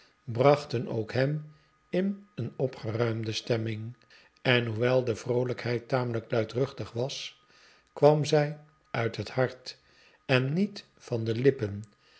brachten ook hem in een opgeruimde stemming en hoewel de vroolijkhcid tamelijk luidruchtig was kwam zij uit het hart en niet van de lippen